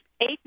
eight